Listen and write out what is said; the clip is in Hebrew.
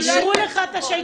אישרו לך את השאילתה?